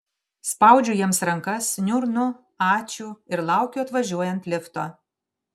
spaudžiu jiems rankas niurnu ačiū ir laukiu atvažiuojant lifto